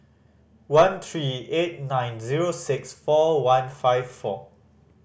one three eight nine zero six four one five four